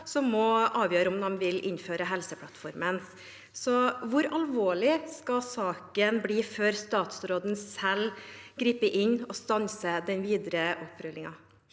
selv må avgjøre om de vil innføre Helseplattformen. Hvor alvorlig skal saken bli før statsråden selv griper inn og stanser den videre utrullingen?»